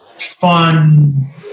Fun